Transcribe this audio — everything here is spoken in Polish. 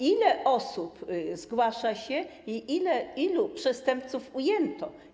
Ile osób zgłasza się i ilu przestępców ujęto?